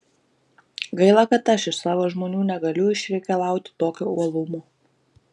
gaila kad aš iš savo žmonių negaliu išreikalauti tokio uolumo